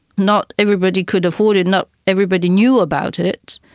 not everybody could afford it, not everybody knew about it.